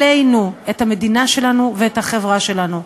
עלינו, את המדינה שלנו ואת החברה שלנו.